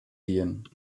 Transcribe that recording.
gehen